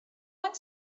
one